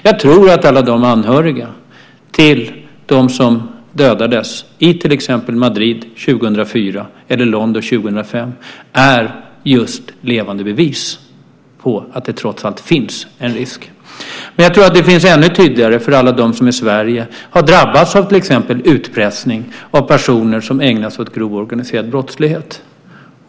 Jag tror att alla de anhöriga till dem som dödades i Madrid 2004 eller London 2005 är levande bevis på att det trots allt finns en risk. Men jag tror att det finns ännu tydligare för dem som i Sverige har drabbats av utpressning av personer som ägnar sig åt grov organiserad brottslighet.